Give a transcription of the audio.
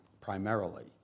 primarily